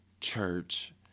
church